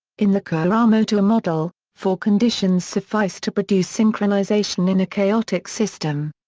in the kuramoto model, four conditions suffice to produce synchronization in a chaotic system.